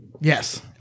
Yes